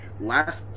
last